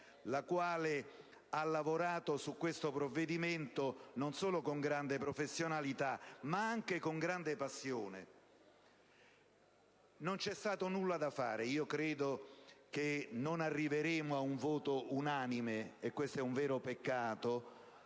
la quale ha lavorato su questo provvedimento non solo con grande professionalità, ma anche con grande passione. Non c'è stato nulla da fare: io credo, da quello che sento, che non arriveremo ad un voto unanime - questo è un vero peccato